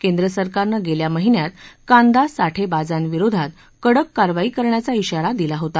केंद्र सरकारनं गेल्या महिन्यात कांदा साठेबाजांविरोधात कडक कारवाई करण्याचा शिरा दिला होता